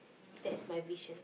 that's my vision